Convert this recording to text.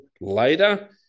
later